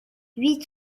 huit